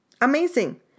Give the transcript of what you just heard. amazing